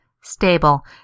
Stable